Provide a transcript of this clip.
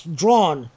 drawn